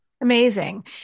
Amazing